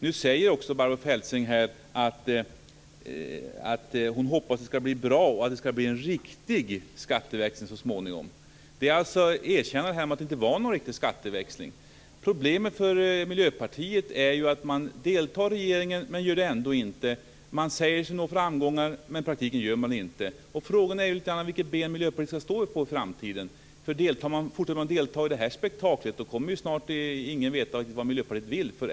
Nu säger också Barbro Feltzing att hon hoppas att det ska bli bra och att det ska bli en riktig skatteväxling så småningom. Det är alltså ett erkännande av att det inte var någon riktig skatteväxling. Problemet för Miljöpartiet är ju att man deltar i regeringen, men man gör det ändå inte. Man säger sig nå framgångar, men i praktiken gör man det inte. Frågan är ju vilket ben Miljöpartiet ska stå på i framtiden. Om man fortsätter att delta i det här spektaklet kommer snart ingen att riktigt veta vad Miljöpartiet vill.